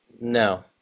No